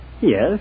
Yes